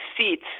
seats